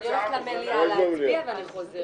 אני הולכת למליאה להצביע ואני חוזרת.